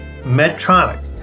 Medtronic